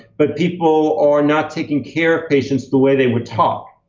but people are not taking care patients the way they were taught,